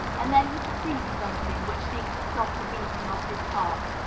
and then he perceived something which seemed to stop the beating of his heart.